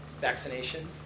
vaccination